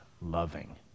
loving